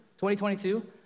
2022